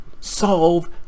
solve